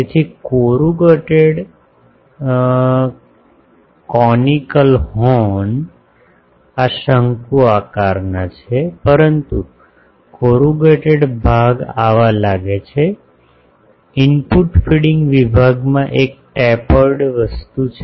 તેથી કોરુગેટેડ શંકુ હોર્ન આ શંકુ આકાર છે પરંતુ કોરુગેટેડ ભાગ આવા લાગે છે ઇનપુટ ફીડિંગ વિભાગમાં એક ટેપર્ડ વસ્તુ છે